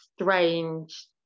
strange